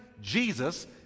Jesus